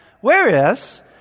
whereas